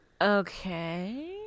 okay